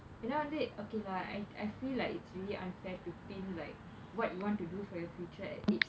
ஏனா வந்து:yaenaa vanthu okay lah I I feel like it's really unfair to pin like what you want to do for your future at age